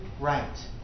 right